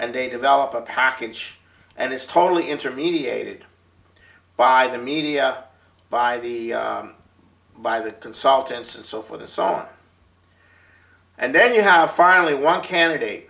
day develop a package and it's totally intermediated by the media by the by the consultants and so for the song and then you have finally one candidate